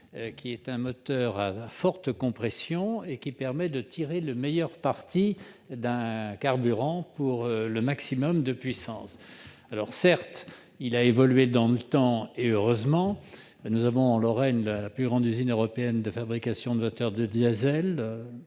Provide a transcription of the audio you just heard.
diesel : ce moteur à forte compression permet de tirer le meilleur parti d'un carburant pour un maximum de puissance. De plus, il a évolué dans le temps, et heureusement. Nous avons en Lorraine la plus grande usine européenne de fabrication de moteurs diesel.